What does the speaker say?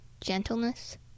Gentleness